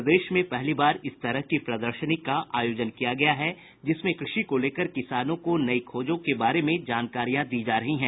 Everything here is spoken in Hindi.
प्रदेश में पहली बार इस तरह की प्रदर्शनी का आयोजन किया गया है जिसमें कृषि को लेकर किसानों को नई खोजों के बारे में जानकारियां दी जायेंगी